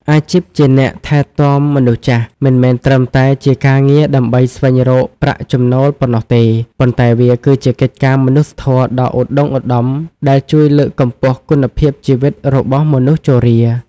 អាជីពជាអ្នកថែទាំមនុស្សចាស់មិនមែនត្រឹមតែជាការងារដើម្បីស្វែងរកប្រាក់ចំណូលប៉ុណ្ណោះទេ ប៉ុន្តែវាគឺជាកិច្ចការមនុស្សធម៌ដ៏ឧត្តុង្គឧត្តមដែលជួយលើកកម្ពស់គុណភាពជីវិតរបស់មនុស្សជរា។